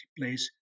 place